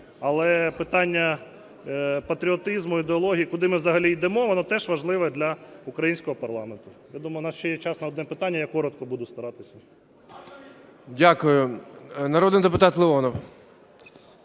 Але питання патріотизму, ідеології, куди ми взагалі йдемо, воно теж важливе для українського парламенту. Я думаю, в нас ще є час на одне питання, я коротко буду старатись. ГОЛОВУЮЧИЙ. Дякую. Народний депутат Леонов.